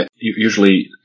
usually